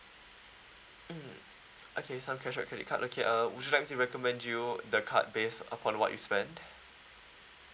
mm okay some cashback credit card okay um would you like to recommend you the card based upon what it spend